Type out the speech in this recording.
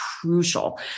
crucial